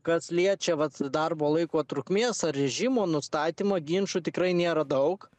kas liečia vat darbo laiko trukmės ar režimo nustatymą ginčų tikrai nėra daug